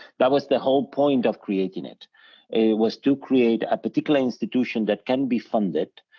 that was the whole point of creating it. it was to create a particular institution that can be funded